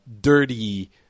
dirty